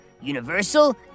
Universal